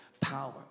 power